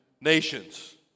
nations